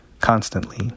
constantly